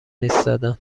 ایستادن